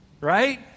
right